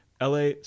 LA